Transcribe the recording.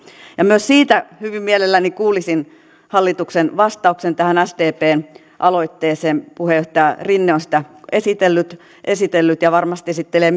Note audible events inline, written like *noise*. myös siitä hyvin mielelläni kuulisin hallituksen vastauksen tähän sdpn aloitteeseen puheenjohtaja rinne on sitä esitellyt esitellyt ja varmasti esittelee *unintelligible*